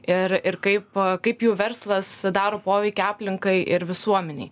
ir ir kaip kaip jų verslas daro poveikį aplinkai ir visuomenei